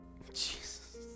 Jesus